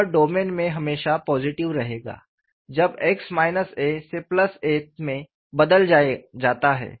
यह डोमेन में हमेशा पॉसिटिव रहेगा जब x माइनस a से plus a a to a में बदल जाता है